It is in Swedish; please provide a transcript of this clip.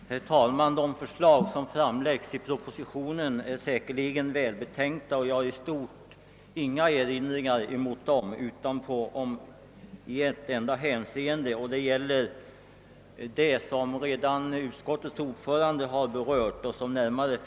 Herr talman! De förslag som framläggs i propositionen är säkerligen välbetänkta, och jag har i stort inga erinringar mot dem, utom i ett enda hänseende. Det gäller reservationen II, som utskottets ordförande redan har berört.